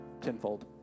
tenfold